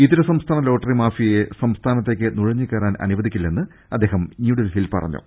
ഇതര സംസ്ഥാന ലോട്ടറി മാഫിയയെ സംസ്ഥാനത്തേക്ക് നുഴഞ്ഞുകയറാൻ അനു വദിക്കില്ലെന്നും അദ്ദേഹം ന്യൂഡൽഹിയിൽ പറഞ്ഞു